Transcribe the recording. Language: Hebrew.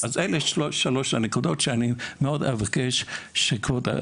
אז אלה שלוש הנקודות שאני אבקש מאוד שכבודה